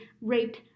raped